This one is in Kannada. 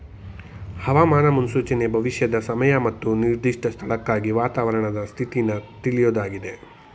ಹವಾಮಾನ ಮುನ್ಸೂಚನೆ ಭವಿಷ್ಯದ ಸಮಯ ಮತ್ತು ನಿರ್ದಿಷ್ಟ ಸ್ಥಳಕ್ಕಾಗಿ ವಾತಾವರಣದ ಸ್ಥಿತಿನ ತಿಳ್ಯೋದಾಗಿದೆ